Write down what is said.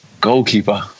goalkeeper